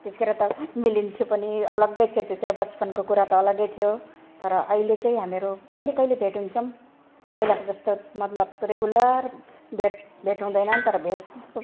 त्यतिखेर त मिलिन्थ्यो पनि अलग्गै थियो त्यतिखेर बचपनको कुरा त अलग्गै थियो तर अहिले चाहिँ हामीहरू कहिले कहिले भेट हुन्छौँ पहिलाको जस्तो मतलब रेगुलर भेट भेट हुँदैनौँ तर भे